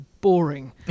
boring